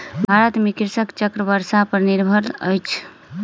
भारत में कृषि चक्र वर्षा पर निर्भर अछि